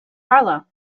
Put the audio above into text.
harlow